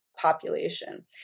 population